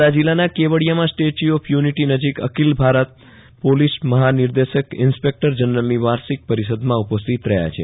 નર્મદા જિલ્લાના કેવડીયામાં statue of unity નજીક અખિલ ભારત પોલિસ મહાર્નિદેશક ઈન્સ્પેકટર જનરલની વાર્ષિક પરિષદમાં ઉપસ્થિત રહયા છે